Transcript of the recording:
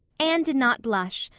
anne did not blush,